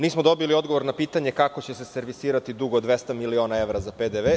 Nismo dobili odgovor na pitanje kako će se servisirati dug od 200 miliona evra za PDV.